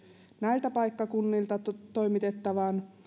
näiltä paikkakunnilta toimitettavaan